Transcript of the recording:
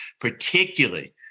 particularly